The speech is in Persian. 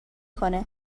کنه